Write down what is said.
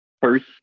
first